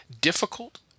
difficult